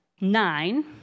nine